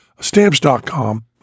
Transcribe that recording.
Stamps.com